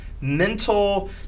mental